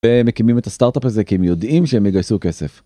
מקימים את הסטארט-אפ הזה כי הם יודעים שהם יגייסו כסף.